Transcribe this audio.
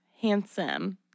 Handsome